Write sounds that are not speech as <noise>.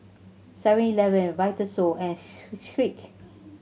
Seven Eleven Vitasoy and <unintelligible> Schick